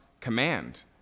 command